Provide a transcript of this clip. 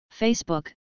Facebook